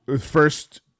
First